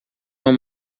uma